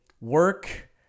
work